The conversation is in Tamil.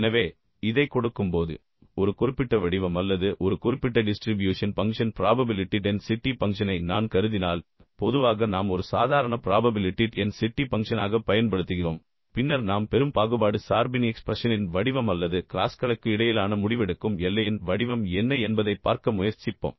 எனவே இதைக் கொடுக்கும்போது ஒரு குறிப்பிட்ட வடிவம் அல்லது ஒரு குறிப்பிட்ட டிஸ்ட்ரிபியூஷன் பங்க்ஷன் ப்ராபபிலிட்டி டென்சிட்டி பங்க்ஷனை நான் கருதினால் பொதுவாக நாம் ஒரு சாதாரண ப்ராபபிலிட்டி டென்சிட்டி பங்க்ஷனாகப் பயன்படுத்துகிறோம் பின்னர் நாம் பெறும் பாகுபாடு சார்பின் எக்ஸ்பிரஷனின் வடிவம் அல்லது க்ளாஸ்களுக்கு இடையிலான முடிவெடுக்கும் எல்லையின் வடிவம் என்ன என்பதைப் பார்க்க முயற்சிப்போம்